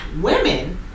women